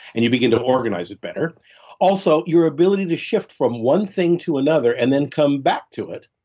and you begin to organize it better also, your ability to shift from one thing to another and then come back to it,